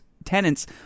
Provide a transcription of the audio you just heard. Tenants